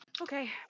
Okay